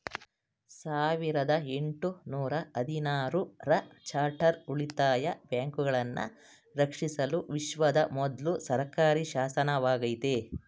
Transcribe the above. ಸಾವಿರದ ಎಂಟು ನೂರ ಹದಿನಾರು ರ ಚಾರ್ಟರ್ ಉಳಿತಾಯ ಬ್ಯಾಂಕುಗಳನ್ನ ರಕ್ಷಿಸಲು ವಿಶ್ವದ ಮೊದ್ಲ ಸರ್ಕಾರಿಶಾಸನವಾಗೈತೆ